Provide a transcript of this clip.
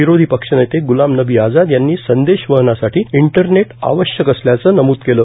विरोधी पक्षनेते ग्लाम नबी आझाद यांनी संदेश वहनासाठी इंटरनेट आवश्यक असल्याचं नमूद केलं